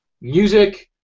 music